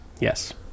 Yes